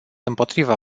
împotriva